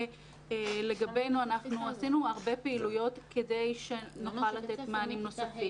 אנחנו עשינו הרבה פעילויות כדי שנוכל לתת מענים נוספים,